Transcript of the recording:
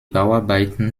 bauarbeiten